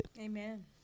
Amen